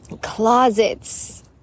closets